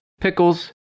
pickles